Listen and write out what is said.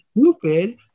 stupid